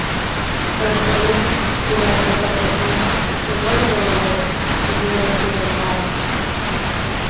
ar pelė kurią ėda katė taip pat galvoja kad dievas yra geras